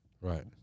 Right